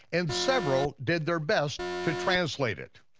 and several did their best to translate it.